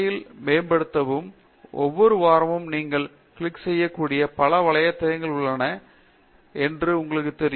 பேராசிரியர் சத்யநாராயணா என் கும்மாடி அந்த துறையில் மேம்படுத்தவும் ஒவ்வொரு வாரமும் நீங்கள் கிளிக் செய்யக்கூடிய பல வலைத்தளங்கள் உள்ளன என்று உங்களுக்குத் தெரியும்